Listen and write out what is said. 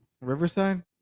Riverside